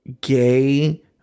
gay